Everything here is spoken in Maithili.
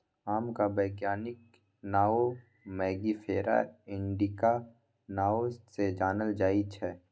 आमक बैज्ञानिक नाओ मैंगिफेरा इंडिका नाओ सँ जानल जाइ छै